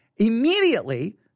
Immediately